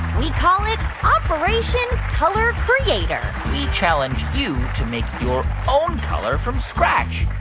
we call it operation color creator we challenge you to make your own color from scratch.